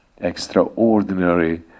extraordinary